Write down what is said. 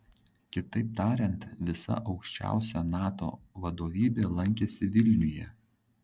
kitaip tariant visa aukščiausia nato vadovybė lankėsi vilniuje